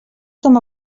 com